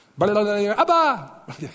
Abba